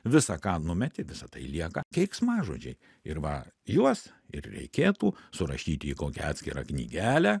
visa ką numeti visa tai lieka keiksmažodžiai ir va juos ir reikėtų surašyti į kokią atskirą knygelę